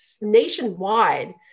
nationwide